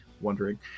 wondering